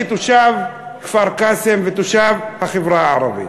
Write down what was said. כתושב כפר-קאסם ותושב החברה הערבית.